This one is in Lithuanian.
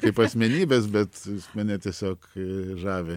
kaip asmenybės bet mane tiesiog žavi